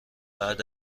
بعد